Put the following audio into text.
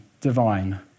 divine